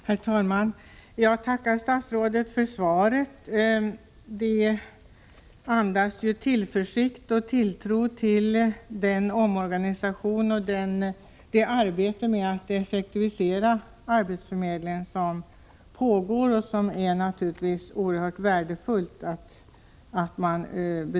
Herr talman! Jag tackar statsrådet för svaret. Det andas tillförsikt och tilltro till omorganisationen och det arbete med att effektivisera arbetsförmedlingen som pågår och som naturligtvis är oerhört värdefullt.